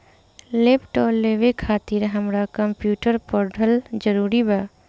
Laptop लेवे खातिर हमरा कम्प्युटर पढ़ल जरूरी बा?